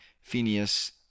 Phineas